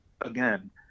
again